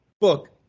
book